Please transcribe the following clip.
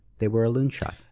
they were a loonshot.